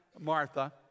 Martha